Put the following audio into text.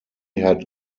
had